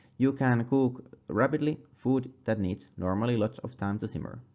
you can cook rapidly food that needs normally lots of time to simmer.